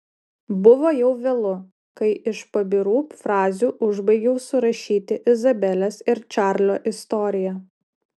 buvo jau vėlu kai iš pabirų frazių užbaigiau surašyti izabelės ir čarlio istoriją